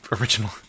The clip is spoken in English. Original